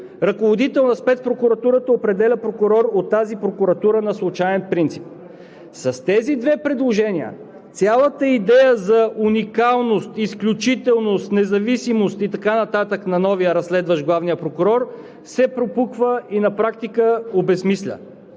ръководител на спецпрокуратурата определя прокурор от тази прокуратура на случаен принцип. С тези две предложения цялата идея за уникалност изключителност, независимост и така нататък на новия разследващ главния прокурор се пропуква и на практика обезсмисля.